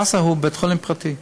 הדסה הוא בית-חולים פרטי.